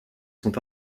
sont